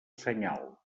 senyal